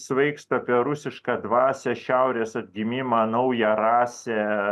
svaigsta apie rusišką dvasią šiaurės atgimimą naują rasę